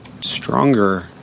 stronger